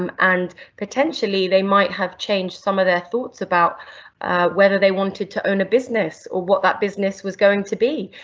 um and potentially they might have changed some of their thoughts about whether they wanted to own a business, or what that business was going to be,